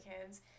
kids